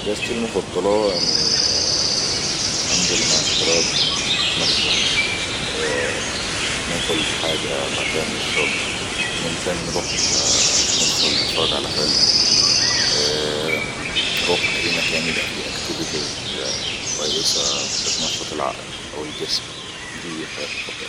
اجستي المفضلةاءءءم أني أنزل مع الشباب، اتمشى، ناكل حاجة، بعدها نشرب ممكن نروحععع ندخل نتفرج على فلم ءءء نروح أي مكان يبأى فيه اكتيفتيز كويسة بتنشط العقل أو الجسم دي حاجات مفضلة